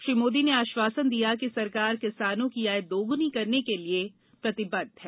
श्री मोदी ने आश्वासन दिया कि सरकार किसानों की आय दोगुनी करने के लिए प्रतिबद्ध है